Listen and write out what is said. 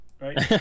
Right